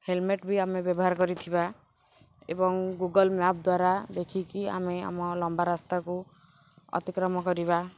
helmet ବି ଆମେ ବ୍ୟବହାର କରିଥିବା ଏବଂ ଗୁଗଲ୍ ମ୍ୟାପ୍ ଦ୍ଵାରା ଦେଖିକି ଆମେ ଆମ ଲମ୍ବା ରାସ୍ତାକୁ ଅତିକ୍ରମ କରିବା